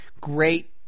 great